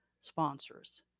sponsors